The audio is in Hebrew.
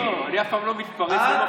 לא, אני אף פעם לא מתפרץ, לא מפריע אף פעם.